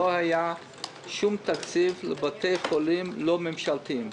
לא היה שום תקציב לבתי חולים לא ממשלתיים.